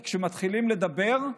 כי כשמתחילים לדבר,